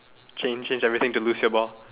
change change everything to lose your ball